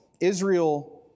Israel